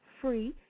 free